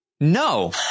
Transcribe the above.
no